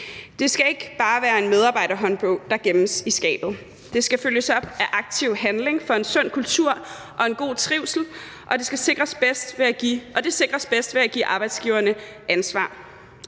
Det skal ikke bare være en medarbejderhåndbog, der gemmes i skabet; det skal følges op af en aktiv handling for en sund kultur og en god trivsel, og det sikres bedst ved at give arbejdsgiverne ansvar.